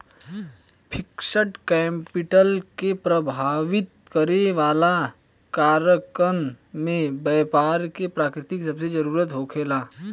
fixed capital के प्रभावित करे वाला कारकन में बैपार के प्रकृति सबसे जरूरी होखेला